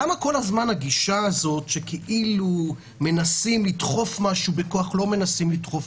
למה הגישה הזאת כל הזמן שכאילו מנסים לדחוף משהו בכוח?